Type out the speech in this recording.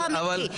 נכון.